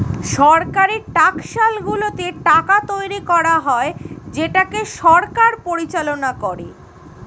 সরকারি টাকশালগুলোতে টাকা তৈরী করা হয় যেটাকে সরকার পরিচালনা করে